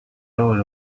hour